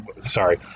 Sorry